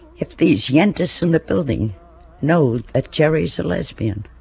if these yentas in the building know that jheri's a lesbian